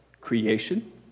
creation